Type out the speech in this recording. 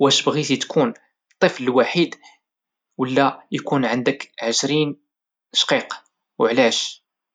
واش بغيتي تكون الطفل الوحيد ولى اكون عندك عشرين شقيق او علاش؟